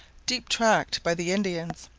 deep tracked by the indians,